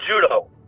judo